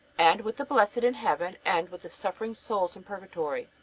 and with the blessed in heaven and with the suffering souls in purgatory.